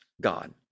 God